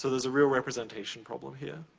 so there's a real representation problem here.